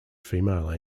female